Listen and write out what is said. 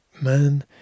Man